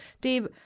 Dave